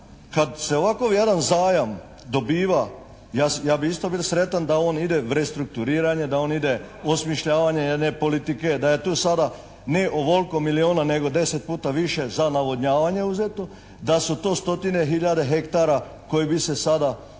kad se ovakov jedan zajam dobiva, ja bi isto bil sretan da on ide v restrukturiranje, da on ide u osmišljavanje jedne politika, da je tu sada, ne ovoliko milijuna nego 10 puta više za navodnjavanje uzeto, da su to stotine hiljade hektara koji bi se sada mogli